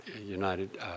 United